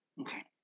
Okay